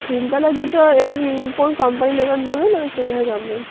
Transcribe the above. hill তোলা জতো এবার কোন কোম্পানির নেবেন বলুন আমি সেইভাবে দাম বলছি